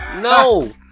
No